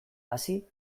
hasi